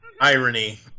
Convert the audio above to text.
irony